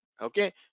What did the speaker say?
Okay